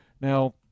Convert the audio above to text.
Now